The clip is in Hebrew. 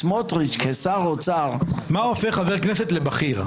סמוטריץ' כשר אוצר --- מה הופך חבר כנסת לבכיר?